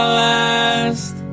last